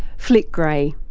flick grey.